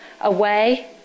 away